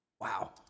Wow